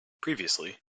previously